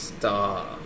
Star